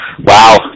Wow